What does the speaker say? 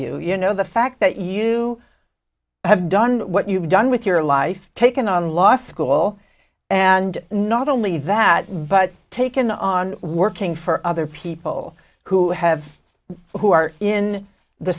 you know the fact that you have done what you've done with your life taken on law school and not only that but taken on working for other people who have who are in the